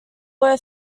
were